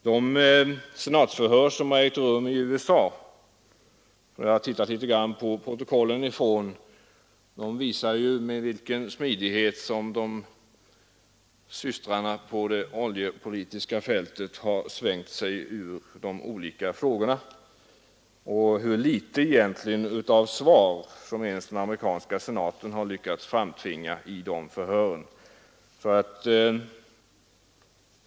De senatsförhör som ägt rum i USA =— jag har tittat litet grand i protokollen från dessa förhör — visar med vilken smidighet som ”systrarna” på det oljepolitiska fältet svängt sig ur de olika frågorna och hur litet av svar som den amerikanska senaten lyckats framtvinga i förhören.